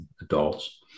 adults